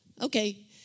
okay